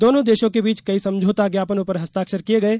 दोनों देशों के बीच कई समझौता ज्ञापनों पर हस्ताक्षर किए गये